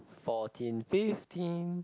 fourteen fifteen